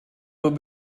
would